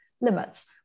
limits